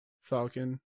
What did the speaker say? Falcon